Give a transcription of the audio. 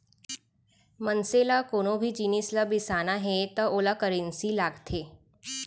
मनसे ल कोनो भी जिनिस ल बिसाना हे त ओला करेंसी लागथे